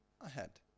ahead